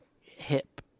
hip